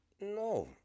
No